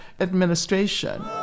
administration